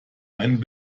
einen